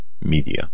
Media